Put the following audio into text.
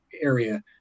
area